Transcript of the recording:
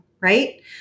right